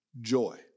joy